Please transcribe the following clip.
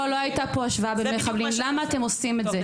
לא לא הייתה פה השוואה בין מחבלים למה אתם עושים את זה?